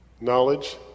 Knowledge